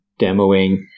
demoing